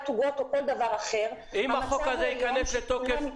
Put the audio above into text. עוגות או כל דבר אחר --- אם החוק הזה ייכנס לתוקף,